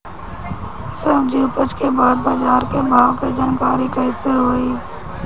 सब्जी उपज के बाद बाजार के भाव के जानकारी कैसे होई?